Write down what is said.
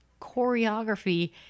choreography